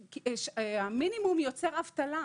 המינימום יוצר אבטלה.